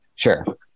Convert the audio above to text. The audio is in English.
Sure